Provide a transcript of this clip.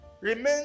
remain